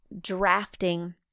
drafting